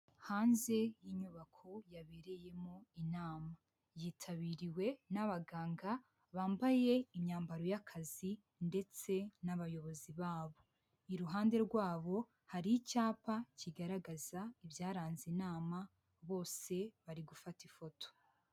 Hanze y'inyubako, yabereyemo inama. Yitabiriwe n'abaganga, bambaye imyambaro y'akazi ndetse n'abayobozi babo. Iruhande rwabo, hari icyapa kigaragaza ibyaranze inama, bose bari gufata ifoto.